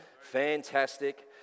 Fantastic